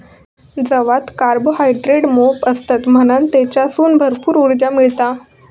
जवात कार्बोहायड्रेट मोप असतत म्हणान तेच्यासून भरपूर उर्जा मिळता